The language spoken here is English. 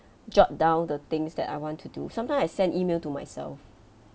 jot down the things that I want to do some time I send email to myself